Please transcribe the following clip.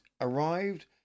arrived